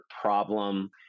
problem